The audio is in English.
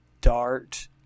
Dart